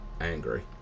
angry